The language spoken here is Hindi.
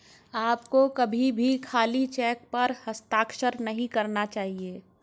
आपको कभी भी खाली चेक पर हस्ताक्षर नहीं करना चाहिए